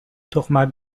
تخمک